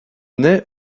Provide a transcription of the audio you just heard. naît